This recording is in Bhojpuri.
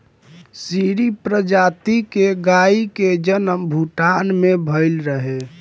सीरी प्रजाति के गाई के जनम भूटान में भइल रहे